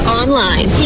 online